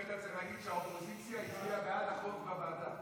היית צריך להגיד שהאופוזיציה הצביעה בעד החוק בוועדה.